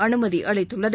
அனுமதி அளித்துள்ளது